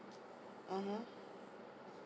(uh huh)